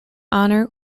honor